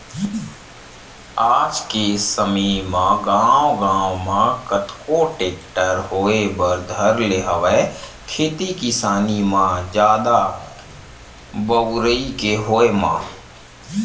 आज के समे म गांव गांव म कतको टेक्टर होय बर धर ले हवय खेती किसानी म जादा बउरई के होय म